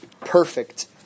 perfect